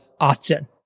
often